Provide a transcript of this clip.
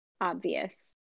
obvious